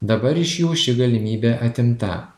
dabar iš jų ši galimybė atimta